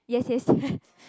yes yes yes